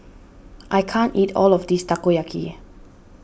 I can't eat all of this Takoyaki